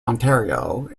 ontario